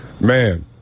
man